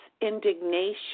indignation